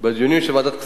בדיונים של ועדת הכספים,